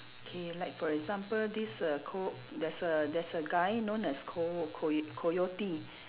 K like for example this err co~ there's a there's a guy known as co~ coy~ coyote